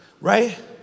right